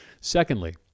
Secondly